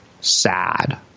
sad